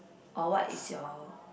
or what is your